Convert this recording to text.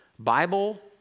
bible